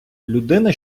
людина